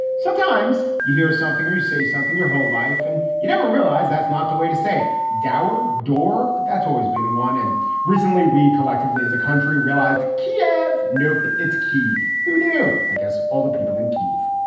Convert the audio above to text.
sometimes you hear something or you say something your whole life and you never realize that's not the way to say it. dower door. that's always been one. and recently we collectively as a country realized kiev. nope, it's qif who knew i guess all the people in kiev.